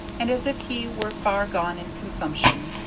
and as if he were far gone in consumption.